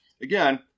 Again